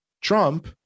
Trump